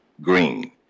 Green